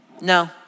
No